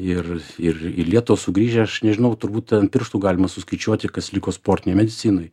ir ir į lietuvą sugrįžę aš nežinau turbūt ant pirštų galima suskaičiuoti kas liko sportinėj medicinoj